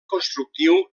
constructiu